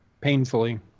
Painfully